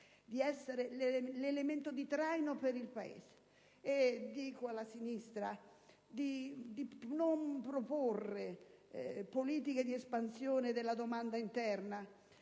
di essere l'elemento di traino per il Paese. Invito poi la sinistra a non proporre politiche di espansione della domanda interna: